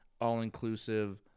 All-inclusive